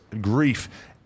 grief